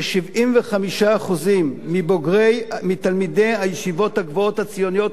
כי כ-75% מתלמידי הישיבות הגבוהות הציוניות,